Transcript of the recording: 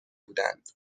بودند